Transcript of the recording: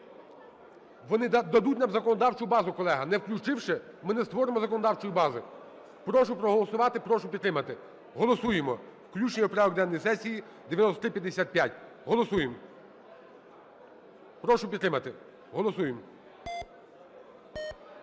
Вони дадуть нам законодавчу базу, колеги. Не включивши, ми не створимо законодавчої бази. Прошу проголосувати, прошу підтримати. Голосуємо включення в порядок денний сесії 9355. Голосуємо. Прошу підтримати. Голосуємо.